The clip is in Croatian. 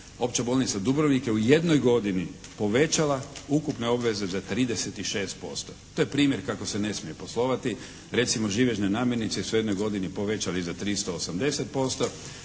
Opća bolnica Dubrovnik je u jednoj godini povećala ukupne obveze za 36%. To je primjer kako se ne smije poslovati. Recimo živežne namirnice su u jednoj godini povećali za 380%,